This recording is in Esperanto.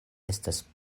estas